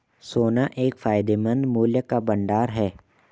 सोना एक फायदेमंद मूल्य का भंडार है